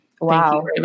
wow